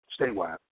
statewide